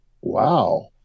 wow